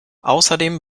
außerdem